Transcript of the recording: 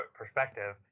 perspective